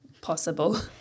possible